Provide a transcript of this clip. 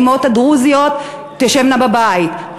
האימהות הדרוזיות תשבנה בבית,